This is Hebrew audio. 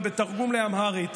אבל בתרגום לאמהרית